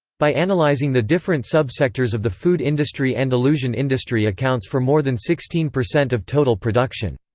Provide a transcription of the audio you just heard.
by analyzing the different subsectors of the food industry andalusian industry accounts for more than sixteen percent of total production.